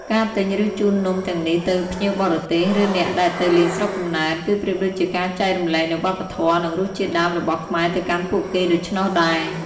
ការទិញ ឬជូននំទាំងនេះទៅភ្ញៀវបរទេស ឬអ្នកដែលទៅលេងស្រុកកំណើត គឺប្រៀបដូចជាការចែករំលែកនូវវប្បធម៌ និងរសជាតិដើមរបស់ខ្មែរទៅកាន់ពួកគេដូច្នោះដែរ។